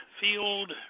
field